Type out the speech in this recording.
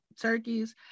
turkeys